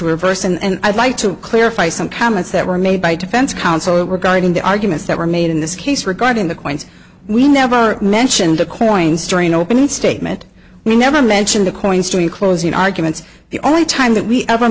reverse and i'd like to clarify some comments that were made by defense counsel regarding the arguments that were made in this case regarding the coins we never mentioned the coins during opening statement we never mention the coin story in closing arguments the only time that we ever